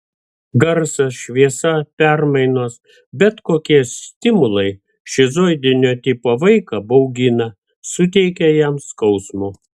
garsas šviesa permainos bet kokie stimulai šizoidinio tipo vaiką baugina suteikia jam skausmo